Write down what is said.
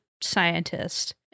scientist